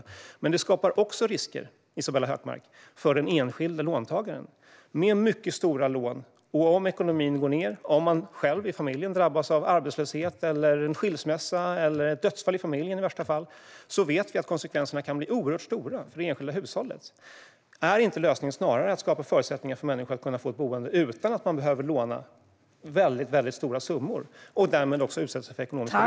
Men inte bara det; det skapar också risker för den enskilde låntagaren med mycket stora lån. Om ekonomin går ned och om låntagaren själv drabbas av arbetslöshet eller en skilsmässa eller i värsta fall ett dödsfall i familjen vet vi att konsekvenserna kan bli oerhört stora för det enskilda hushållet. Är lösningen inte snarare att skapa förutsättningar för människor att få ett boende utan att behöva låna väldigt stora summor och därmed utsätta sig för ekonomiska risker?